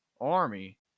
army